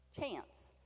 Chance